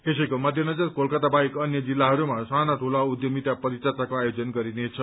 यसैको मध्यनजर कोलकता बाहेक जिल्लाहरूमा साना ठूला उद्यमिता परिचर्चाको आयोजन गरिनेछ